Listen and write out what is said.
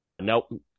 Nope